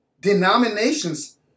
denominations